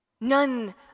None